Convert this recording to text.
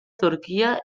turquia